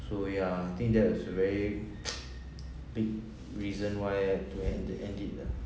so ya I think that is a very big reason why I had to had to end it lah